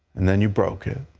and then you broke it.